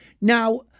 Now